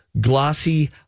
glossy